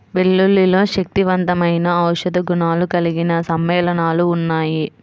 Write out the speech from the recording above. వెల్లుల్లిలో శక్తివంతమైన ఔషధ గుణాలు కలిగిన సమ్మేళనాలు ఉన్నాయి